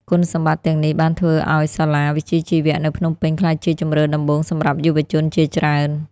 គុណសម្បត្តិទាំងនេះបានធ្វើឱ្យសាលាវិជ្ជាជីវៈនៅភ្នំពេញក្លាយជាជម្រើសដំបូងសម្រាប់យុវជនជាច្រើន។